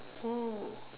oh